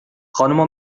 خانوما